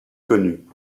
connus